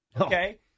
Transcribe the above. okay